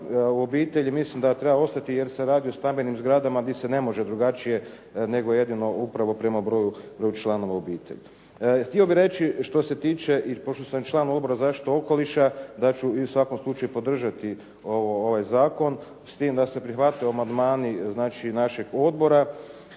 u obitelji. Mislim da treba ostati, jer se radi o stambenim zgradama gdje se ne može drugačije nego jedino upravo prema broju članova obitelji. Htio bih reći i što se tiče, i pošto sam član Odbora zašite okoliša da ću u svakom slučaju podržati ovaj zakon. S tim da se prihvate amandmani našeg odbora